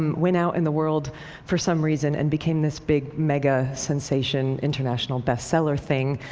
um went out in the world for some reason, and became this big, mega-sensation, international bestseller thing.